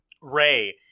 Ray